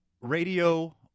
Radio